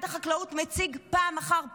שמשרד החקלאות מציג פעם אחר פעם.